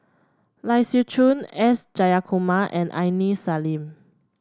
Lai Siu Chiu S Jayakumar and Aini Salim